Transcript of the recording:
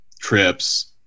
trips